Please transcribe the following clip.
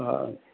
हा